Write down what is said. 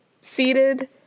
seated